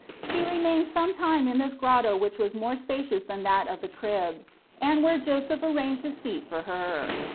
she remained some time in this grotto which was more spacious than that of the crib and where joseph arranged a seat for her.